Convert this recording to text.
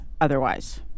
otherwise